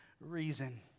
reason